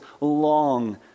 long